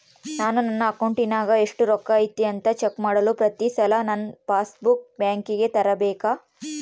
ನಾನು ನನ್ನ ಅಕೌಂಟಿನಾಗ ಎಷ್ಟು ರೊಕ್ಕ ಐತಿ ಅಂತಾ ಚೆಕ್ ಮಾಡಲು ಪ್ರತಿ ಸಲ ನನ್ನ ಪಾಸ್ ಬುಕ್ ಬ್ಯಾಂಕಿಗೆ ತರಲೆಬೇಕಾ?